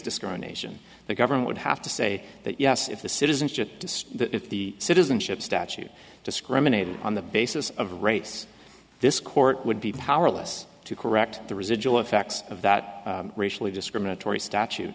discrimination the government would have to say that yes if the citizenship does that if the citizenship statute discriminated on the basis of race this court would be powerless to correct the residual effects of that racially discriminatory statu